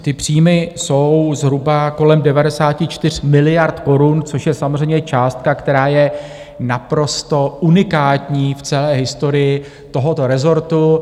Ty příjmy jsou zhruba kolem 94 miliard korun, což je samozřejmě částka, která je naprosto unikátní v celé historii tohoto rezortu.